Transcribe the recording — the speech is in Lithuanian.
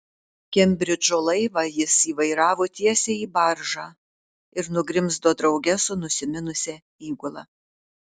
kembridžo laivą jis įvairavo tiesiai į baržą ir nugrimzdo drauge su nusiminusia įgula